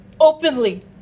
openly